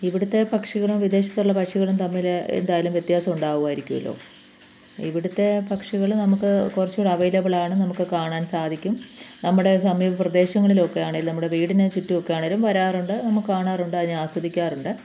ഇവിടുത്തെ പക്ഷികളും വിദേശത്തുള്ള പക്ഷികളും തമ്മിൽ എന്തായാലും വ്യത്യാസം ഉണ്ടാകുമായിരിക്കുമല്ലോ ഇവിടുത്തെ പക്ഷികൾ നമുക്ക് കുറച്ചൂ കൂടി അവൈലബിലാണ് നമുക്ക് കാണാൻ സാധിക്കും നമ്മുടെ സമീപ പ്രദേശങ്ങളിലുമൊക്കെ ആണെങ്കിലും നമ്മുടെ വീടിനു ചുറ്റുമൊക്കെ ആണെങ്കിലും വരാറുണ്ട് നമുക്ക് കാണാറുണ്ട് അതിനെ ആസ്വദിക്കാറുണ്ട്